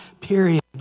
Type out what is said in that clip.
period